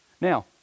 Now